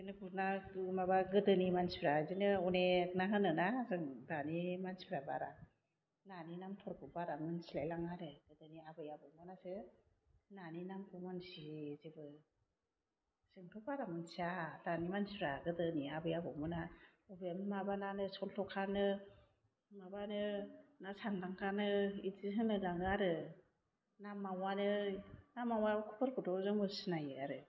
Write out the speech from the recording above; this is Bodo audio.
बिदिनो गुरना माबा गोदोनि मानसिफ्रा बिदिनो अनेक ना होनो ना जों दानि मानसिफ्रा बारा नानि नामफोरखौ बारा मोनथिलाय लाङा आरो गोदोनि आबै आबौमोनहासो नानि नामखौ मोन्थिजोबो जोंथ' बारा मोनथिया दानि मानसिफ्रा गोदोनि आबै आबौमोनहा अबे माबा नानो सलथ'खानो माबानो ना सान्दांगानो इदि होनलायलाङो आरो ना मावानो ना मावफोरखौथ' जोंबो सिनायो आरो